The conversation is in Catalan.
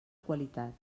qualitat